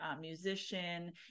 musician